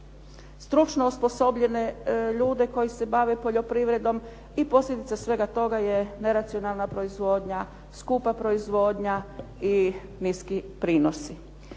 stručno osposobljene ljude koji se bave poljoprivredom i posljedica svega toga je neracionalna proizvodnja, skupa proizvodnja i niski prinosi.